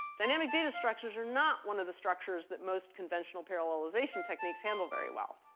dynamic data structures are not one of the structures that most conventional parallelization techniques handle very well.